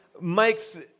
Mike's